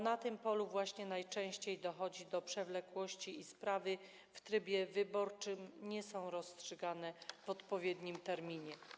Na tym polu najczęściej dochodzi do przewlekłości i sprawy w trybie wyborczym nie są rozstrzygane w odpowiednim terminie.